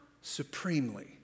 supremely